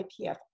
IPF